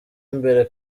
imbere